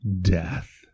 Death